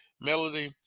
Melody